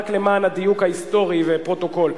רק למען הדיוק ההיסטורי והפרוטוקול,